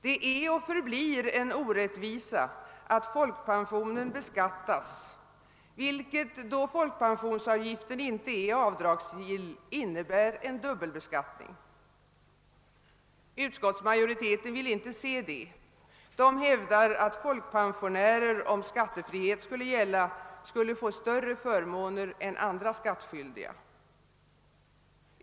Det är och förblir en orättvisa att folkpensionen beskattas, vilket då folkpensionsavgiften inte är avdragsgill innebär en dubbelbeskattning. Utskottsmajoriteten vill inte inse det. Den hävdar att folkpensionärer, om 'skattefri het skulle gälla, skulle få större förmåner än andra skattskyldiga.